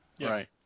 Right